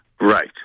Right